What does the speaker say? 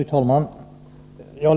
Fru talman!